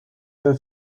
her